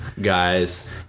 guys